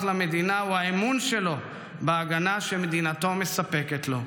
למדינה הוא האמון שלו בהגנה שמדינתו מספקת לו.